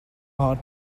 heart